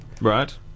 Right